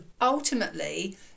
ultimately